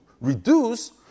reduce